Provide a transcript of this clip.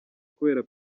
kubera